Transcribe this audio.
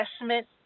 investment